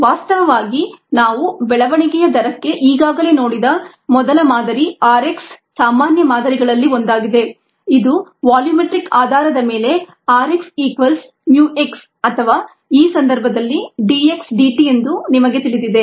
ವಾಸ್ತವವಾಗಿ ನಾವು ಬೆಳವಣಿಗೆಯ ದರಕ್ಕೆ ಈಗಾಗಲೇ ನೋಡಿದ ಮೊದಲ ಮಾದರಿ r x ಸಾಮಾನ್ಯ ಮಾದರಿಗಳಲ್ಲಿ ಒಂದಾಗಿದೆ ಇದು ವಾಲ್ಯೂಮೆಟ್ರಿಕ್ ಆಧಾರದ ಮೇಲೆ r x equals mu x ಅಥವಾ ಈ ಸಂದರ್ಭದಲ್ಲಿ d x dt ಎಂದು ನಿಮಗೆ ತಿಳಿದಿದೆ